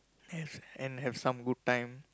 a~ and have some good time